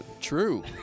true